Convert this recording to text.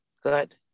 good